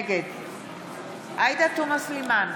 נגד עאידה תומא סלימאן,